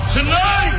Tonight